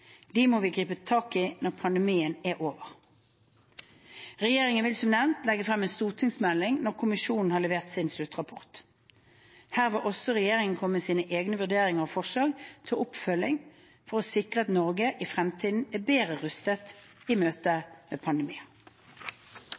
De må vi gripe tak i når pandemien er over. Regjeringen vil, som nevnt, legge frem en stortingsmelding når kommisjonen har levert sin sluttrapport. Her vil også regjeringen komme med sine egne vurderinger og forslag til oppfølging for å sikre at Norge i fremtiden er bedre rustet i møte med